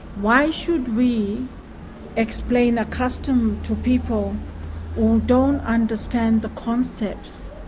why should we explain a custom to people who don't understand the concepts